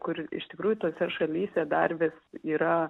kur iš tikrųjų tose šalyse dar vis yra